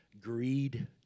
greed